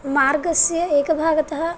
मार्गस्य एकभागतः